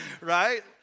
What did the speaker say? right